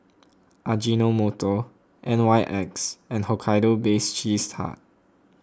Ajinomoto N Y X and Hokkaido Baked Cheese Tart